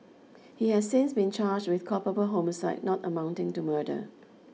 he has since been charged with culpable homicide not amounting to murder